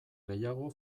gehiago